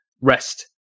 rest